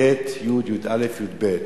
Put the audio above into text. ט', י', י"א וי"ב,